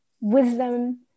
wisdom